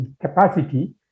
capacity